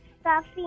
stuffy